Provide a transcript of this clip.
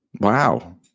Wow